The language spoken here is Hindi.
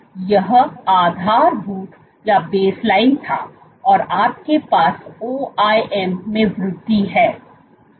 तो हाँ यह आधारभूत था और आपके पास OIM में वृद्धि है